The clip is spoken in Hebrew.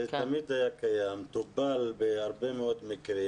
זה תמיד היה קיים וטופל בהרבה מאוד מקרים.